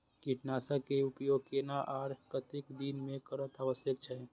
कीटनाशक के उपयोग केना आर कतेक दिन में करब आवश्यक छै?